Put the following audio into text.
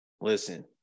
listen